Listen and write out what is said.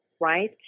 right